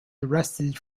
arrested